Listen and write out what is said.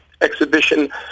exhibition